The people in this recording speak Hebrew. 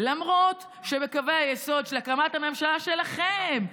למרות שבקווי היסוד של הקמת הממשלה שלכם,